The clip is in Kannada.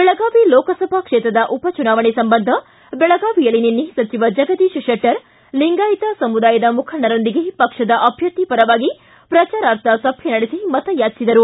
ಬೆಳಗಾವಿ ಲೋಕಸಭಾ ಕ್ಷೇತ್ರದ ಉಪ ಚುನಾವಣೆ ಸಂಬಂಧ ಬೆಳಗಾವಿಯಲ್ಲಿ ನಿನ್ನೆ ಸಚಿವ ಜಗದೀಶ್ ಶೆಟ್ಟರ್ ಲಿಂಗಾಯತ ಸಮುದಾಯದ ಮುಖಂಡರೊಂದಿಗೆ ಪಕ್ಷದ ಅಭ್ಯರ್ಥಿ ಮಂಗಲಾ ಸುರೇಶ್ ಅಂಗಡಿ ಅವರ ಪರವಾಗಿ ಪ್ರಚಾರಾರ್ಥ ಸಭೆ ನಡೆಸಿ ಮತ ಯಾಚಿಸಿದರು